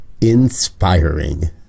inspiring